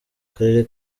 karere